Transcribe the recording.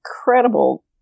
incredible